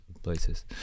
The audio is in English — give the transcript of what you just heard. places